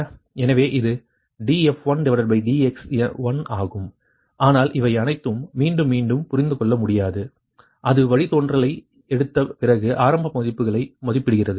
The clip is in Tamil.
எனவே இது df1dx1 ஆகும் ஆனால் இவை அனைத்தும் மீண்டும் மீண்டும் புரிந்து கொள்ள முடியாது அது வழித்தோன்றலை எடுத்த பிறகு ஆரம்ப மதிப்புகளை மதிப்பிடுகிறது